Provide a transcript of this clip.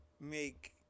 make